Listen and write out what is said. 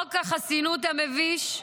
חוק החסינות המביש,